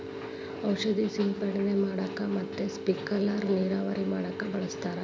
ಔಷದ ಸಿಂಡಣೆ ಮಾಡಾಕ ಮತ್ತ ಸ್ಪಿಂಕಲರ್ ನೇರಾವರಿ ಮಾಡಾಕ ಬಳಸ್ತಾರ